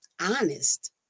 honest